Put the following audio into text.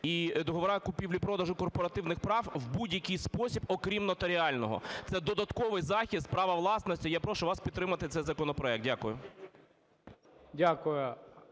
і договори купівлі-продажу корпоративних прав в будь-який спосіб, окрім нотаріального. Це додатковий захист права власності. Я прошу вас підтримати цей законопроект. Дякую.